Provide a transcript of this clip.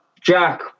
Jack